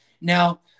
Now